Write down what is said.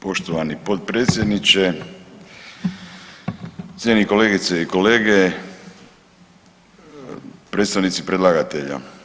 Poštovani potpredsjedniče, cijenjeni kolegice i kolege, predstavnici predlagatelja.